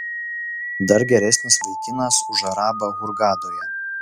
dar geresnis vaikinas už arabą hurgadoje